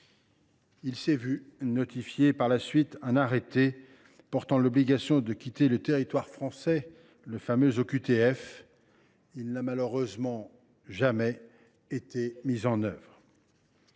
Il s’est vu notifier par la suite un arrêté portant l’obligation de quitter le territoire français, la fameuse OQTF ; cet arrêté n’a malheureusement jamais été mis en œuvre.